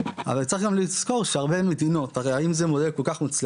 הרווחה שפונים אליי,